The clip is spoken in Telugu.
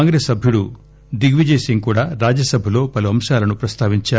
కాంగ్రెస్ సభ్యులు దిగ్విజయ్ సింగ్ కూడా రాజ్యసభలో పలు అంశాలను ప్రస్తావించారు